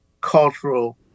cultural